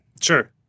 Sure